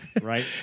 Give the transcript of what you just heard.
Right